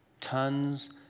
tons